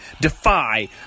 Defy